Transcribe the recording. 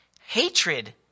Hatred